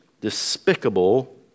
despicable